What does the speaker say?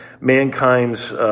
mankind's